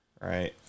Right